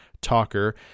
talker